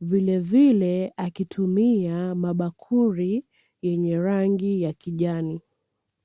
Vilevile akitumia mabakuli yenye rangi ya kijani.